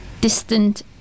distant